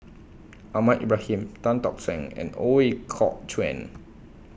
Ahmad Ibrahim Tan Tock Seng and Ooi Kok Chuen